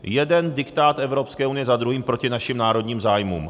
Jeden diktát Evropské unie za druhým proti našim národním zájmům.